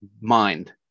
mind